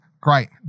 Great